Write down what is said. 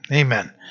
Amen